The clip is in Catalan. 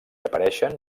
apareixen